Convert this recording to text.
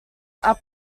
are